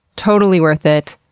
totally worth it.